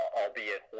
albeit